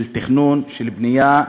של תכנון, של בנייה.